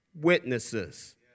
witnesses